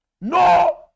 No